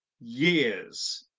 years